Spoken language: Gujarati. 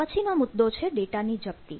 પછીનો મુદ્દો છે ડેટાની જપ્તી